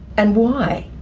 and why?